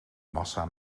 massa